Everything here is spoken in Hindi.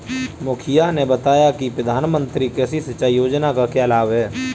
मुखिया ने बताया कि प्रधानमंत्री कृषि सिंचाई योजना का क्या लाभ है?